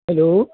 hello